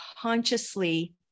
consciously